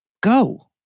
go